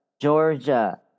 Georgia